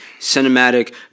cinematic